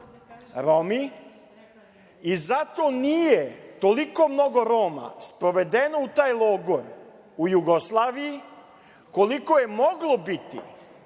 i zato nije toliko mnogo Roma sprovedeno u taj logor u Jugoslaviji koliko je moglo biti